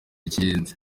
cy’ingenzi